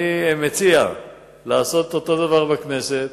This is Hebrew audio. אני מציע לעשות אותו הדבר בכנסת